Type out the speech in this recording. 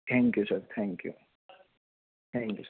thank you sir thank you thank you sir